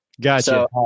Gotcha